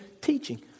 teaching